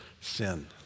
sin